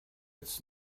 its